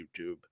YouTube